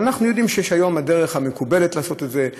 אבל אנחנו יודעים שיש היום דרך מקובלת לעשות את זה,